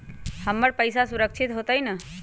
हमर पईसा सुरक्षित होतई न?